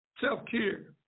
self-care